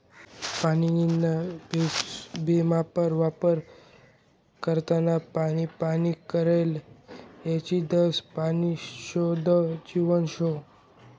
पानीना बेसुमार वापर करनारा पानी पानी कराले लायी देतस, पानी शे ते जीवन शे